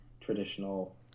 traditional